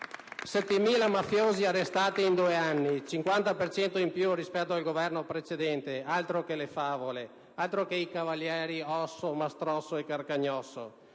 mafiosi arrestati in due anni, il 50 per cento in più rispetto al Governo precedente. Altro che favole! Altro che i cavalieri Osso, Mastrosso e Carcagnosso.